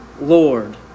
Lord